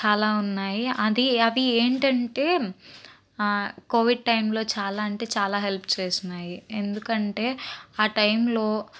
చాలా ఉన్నాయి అది అవి ఏంటంటే కోవిడ్ టైంలో చాలా అంటే చాలా హెల్ప్ చేసినాయి ఎందుకంటే ఆ టైంలో